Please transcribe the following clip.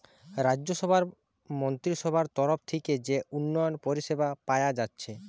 রাজ্যসভার মন্ত্রীসভার তরফ থিকে যে উন্নয়ন পরিষেবা পায়া যাচ্ছে